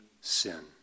sin